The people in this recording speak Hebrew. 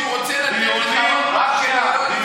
שהוא רוצה לתת לך עוד משהו רק כדי